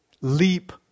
Leap